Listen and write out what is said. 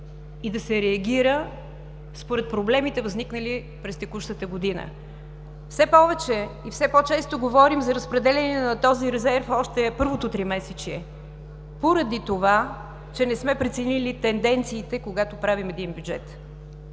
и да се реагира според проблемите, възникнали през текущата година. Все повече и все по-често говорим за разпределение на този резерв, още първото тримесечие, поради това че не сме преценили тенденциите, когато правим един бюджет.